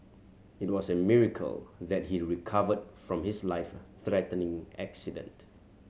it was a miracle that he recovered from his life threatening accident